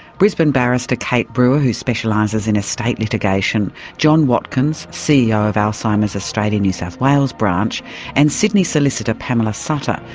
brisbane barrister caite brewer, who specialises in estate litigation john watkins, ceo of alzheimer's australia, new south wales branch and sydney solicitor pamela suttor,